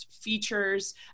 features